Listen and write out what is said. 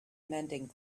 mending